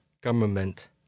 government